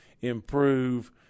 Improve